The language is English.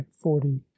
forty